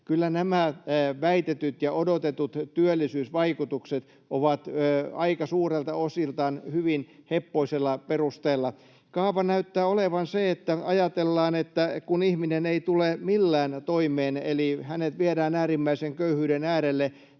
kyllä nämä väitetyt ja odotetut työllisyysvaikutukset ovat aika suurelta osiltaan hyvin heppoisella perustalla. Kaava näyttää olevan se, että ajatellaan, että kun ihminen ei tule millään toimeen, eli hänet viedään äärimmäisen köyhyyden äärelle